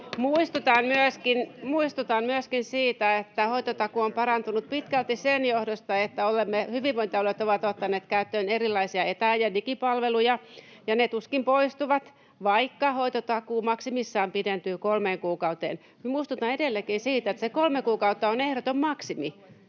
Muistutan myöskin siitä, että hoitotakuu on parantunut pitkälti sen johdosta, että hyvinvointialueet ovat ottaneet käyttöön erilaisia etä- ja digipalveluja, ja ne tuskin poistuvat, vaikka hoitotakuu maksimissaan pidentyy kolmeen kuukauteen. Muistutan edelleenkin siitä, että se kolme kuukautta on ehdoton maksimi.